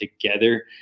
together